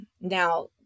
now